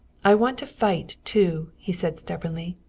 i want to fight too, he said stubbornly.